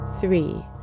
three